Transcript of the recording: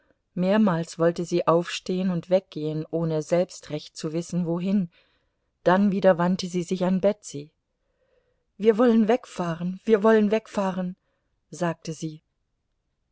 mehrmals wollte sie aufstehen und weggehen ohne selbst recht zu wissen wohin dann wieder wandte sie sich an betsy wir wollen wegfahren wir wollen wegfahren sagte sie